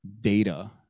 data